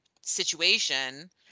situation